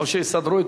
לא.